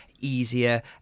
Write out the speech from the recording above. easier